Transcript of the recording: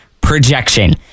projection